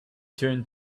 turned